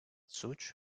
suç